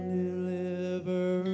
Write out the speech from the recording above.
deliver